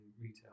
retail